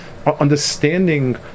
Understanding